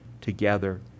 together